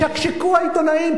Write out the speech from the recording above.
ישקשקו העיתונאים,